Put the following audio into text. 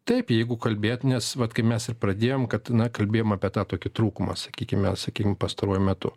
taip jeigu kalbėt nes vat kai mes ir pradėjom kad mes kalbėjom apie tą tokį trūkumą sakykim mes sakykim pastaruoju metu